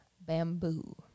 bamboo